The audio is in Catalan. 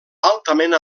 altament